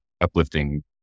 uplifting